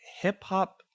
hip-hop